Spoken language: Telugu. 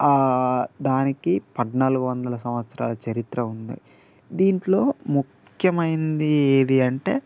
దానికి పద్నాలుగు వందల సంవత్సరాల చరిత్ర ఉంది దీంట్లో ముఖ్యమైంది ఏది అంటే